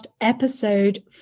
episode